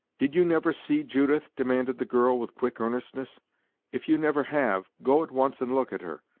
did you never see judith? demanded the girl, with quick earnestness if you never have, go at once and look at her.